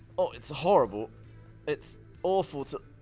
oh, it's horrible it's awful to